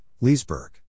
Leesburg